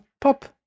pop